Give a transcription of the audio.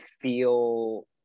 feel